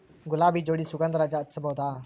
ಗುಲಾಬಿ ಜೋಡಿ ಸುಗಂಧರಾಜ ಹಚ್ಬಬಹುದ?